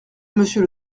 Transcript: monsieur